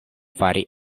fari